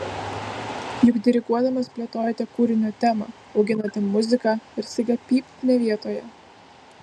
juk diriguodamas plėtojate kūrinio temą auginate muziką ir staiga pypt ne vietoje